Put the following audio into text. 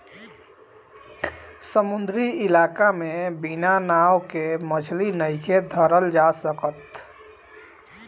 समुंद्री इलाका में बिना नाव के मछली नइखे धरल जा सकत